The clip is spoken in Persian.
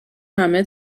همه